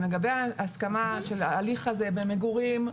לגבי ההסכמה של ההליך הזה במגורים,